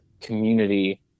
community